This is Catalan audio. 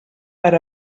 per